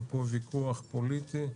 אין פה ויכוח פוליטי,